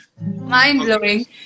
Mind-blowing